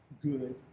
good